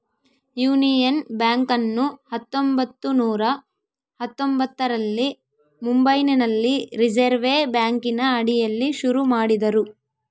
union ಬ್ಯಾಂಕನ್ನು ಹತ್ತೊಂಭತ್ತು ನೂರ ಹತ್ತೊಂಭತ್ತರಲ್ಲಿ ಮುಂಬೈನಲ್ಲಿ ರಿಸೆರ್ವೆ ಬ್ಯಾಂಕಿನ ಅಡಿಯಲ್ಲಿ ಶುರು ಮಾಡಿದರು